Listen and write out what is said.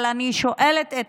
אבל אני שואלת את